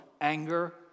anger